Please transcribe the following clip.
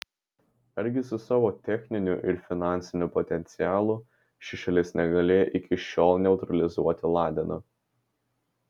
argi su savo techniniu ir finansiniu potencialu ši šalis negalėjo iki šiol neutralizuoti ladeno